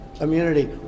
immunity